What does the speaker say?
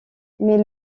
mais